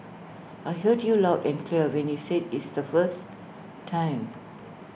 I heard you loud and clear when you said is the first time